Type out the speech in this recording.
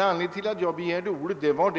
Anledningen till att jag begärt ordet var